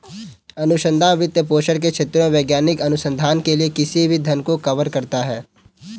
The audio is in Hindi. अनुसंधान वित्तपोषण के क्षेत्रों में वैज्ञानिक अनुसंधान के लिए किसी भी धन को कवर करता है